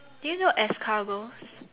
do you know escargots